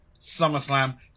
SummerSlam